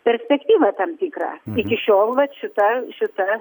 perspektyvą tam tikrą iki šiol vat šita šita